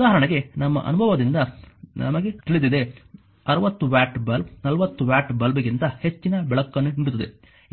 ಉದಾಹರಣೆಗೆ ನಮ್ಮ ಅನುಭವದಿಂದ ನಮಗೆ ತಿಳಿದಿದೆ 60 ವ್ಯಾಟ್ ಬಲ್ಬ್ 40 ವ್ಯಾಟ್ ಬಲ್ಬ್ಗಿಂತ ಹೆಚ್ಚಿನ ಬೆಳಕನ್ನು ನೀಡುತ್ತದೆ